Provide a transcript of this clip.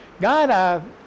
God